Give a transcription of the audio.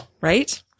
Right